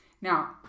Now